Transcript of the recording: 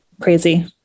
crazy